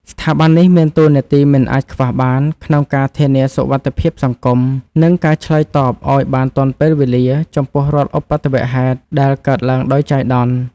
ស្ថាប័ននេះមានតួនាទីមិនអាចខ្វះបាន ក្នុងការធានាសុវត្ថិភាពសង្គម និងការឆ្លើយតបឱ្យបានទាន់ពេលវេលា ចំពោះរាល់ឧបទ្ទវហេតុដែលកើតឡើងដោយចៃដន្យ។